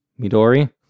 Midori